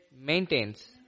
maintains